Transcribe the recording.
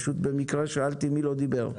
פשוט במקרה שאלתי מי לא דיבר.